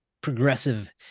progressive